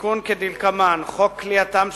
התיקון הוא כדלקמן: חוק כליאתם